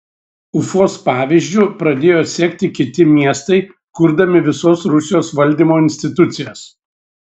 ufos pavyzdžiu pradėjo sekti kiti miestai kurdami visos rusijos valdymo institucijas